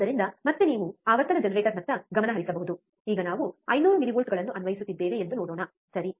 ಆದ್ದರಿಂದ ಮತ್ತೆ ನೀವು ಆವರ್ತನ ಜನರೇಟರ್ನತ್ತ ಗಮನ ಹರಿಸಬಹುದು ಈಗ ನಾವು 500 ಮಿಲಿವೋಲ್ಟ್ಗಳನ್ನು ಅನ್ವಯಿಸುತ್ತಿದ್ದೇವೆ ಎಂದು ನೋಡೋಣ ಸರಿ